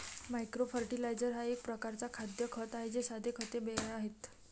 micro fertiliser हा एक प्रकारचा खाद्य खत आहे हे साधे खते आहेत